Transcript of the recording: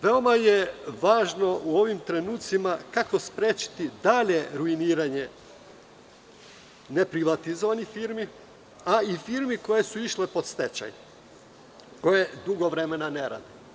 Veoma je važno u ovim trenucima kako sprečiti dalje ruiniranje neprivatizovanih firmi, a i firmi koje su išle pod stečaj, koje dugo vremena ne rade.